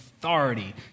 authority